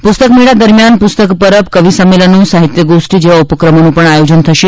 પુસ્તક મેળા દરમિયાન પુસ્તક પરબ કવિ સંમેલનો સાહિત્ય ગોષ્ઠી જેવા ઉપક્રમોનું પણ આયોજન થશે